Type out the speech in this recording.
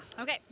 Okay